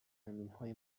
زمینهای